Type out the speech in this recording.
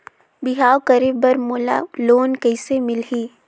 बिहाव करे बर मोला लोन कइसे मिलही?